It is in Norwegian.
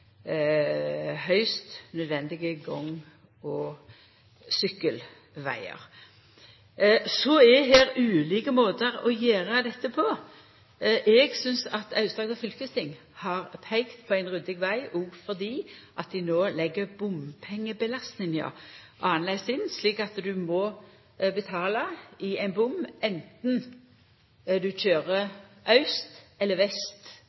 nødvendige gang- og sykkelvegar. Så er det ulike måtar å gjera dette på. Eg synest at Aust-Agder fylkesting har peikt på ein ryddig veg, òg fordi dei no legg bompengebelastinga annleis inn, slik at du må betala i ein bom anten du kjører austover eller